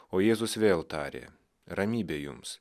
o jėzus vėl tarė ramybė jums